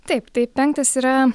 taip tai penktas yra